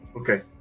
Okay